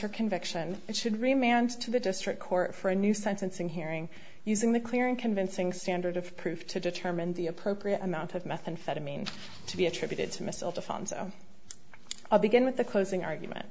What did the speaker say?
her conviction it should remain hands to the district court for a new sentencing hearing using the clear and convincing standard of proof to determine the appropriate amount of methamphetamine to be attributed to myself to fund so i'll begin with the closing argument